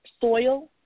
soil